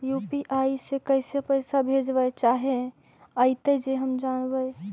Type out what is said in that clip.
UPI से कैसे पैसा भेजबय चाहें अइतय जे हम जानबय?